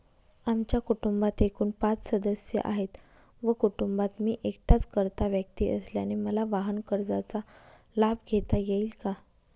आमच्या कुटुंबात एकूण पाच सदस्य आहेत व कुटुंबात मी एकटाच कर्ता व्यक्ती असल्याने मला वाहनकर्जाचा लाभ घेता येईल का?